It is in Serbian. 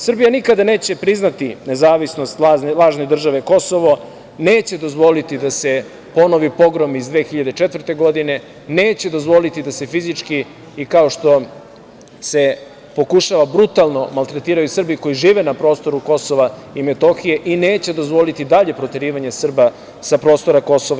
Srbija nikada neće priznati nezavisnost lažne države Kosovo, neće dozvoliti da se ponovi pogrom iz 2004. godine, neće dozvoliti da se fizički i kao što se pokušava brutalno, maltretiraju Srbi koji žive na prostoru KiM, i neće dozvoliti dalje proterivanje Srba sa prostora KiM.